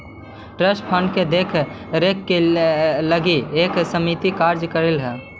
trust fund के देख रेख के लगी एक समिति कार्य कर हई